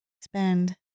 spend